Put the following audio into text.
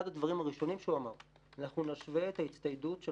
אחד הדברים הראשונים שהוא אמר הוא: אנחנו נשווה את ההצטיידות של